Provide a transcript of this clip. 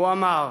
הוא אמר: